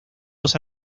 dos